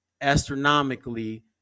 astronomically